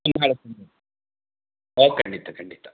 ಓ ಖಂಡಿತ ಖಂಡಿತ